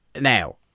Now